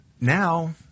now